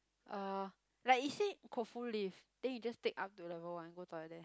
uh like it say Koufu lift then you just take up to level one go toilet there